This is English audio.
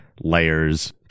layers